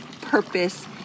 purpose